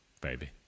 Baby